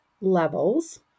levels